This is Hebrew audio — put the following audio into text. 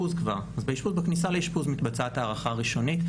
בכניסה לאשפוז מתבצעת הערכה ראשונית.